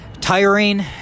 Tiring